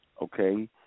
okay